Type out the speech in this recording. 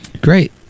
Great